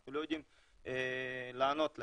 אנחנו לא יודעים לענות להם.